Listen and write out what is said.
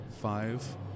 five